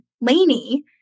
Lainey